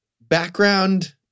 background